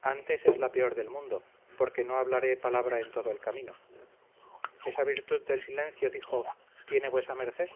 antes es la peor del mundo porque no hablaré palabra en todo el camino esa virtud del silencio dijo tiene vuesa merced